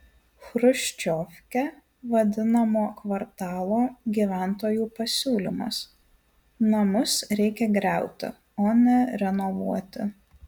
chruščiovke vadinamo kvartalo gyventojų pasiūlymas namus reikia griauti o ne renovuoti